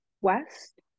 west